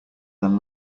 than